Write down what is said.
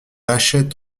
lâchait